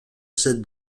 cette